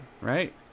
Right